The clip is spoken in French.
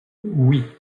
oui